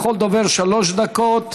לכל דובר שלוש דקות.